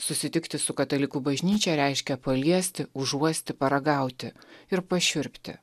susitikti su katalikų bažnyčia reiškia paliesti užuosti paragauti ir pašiurpti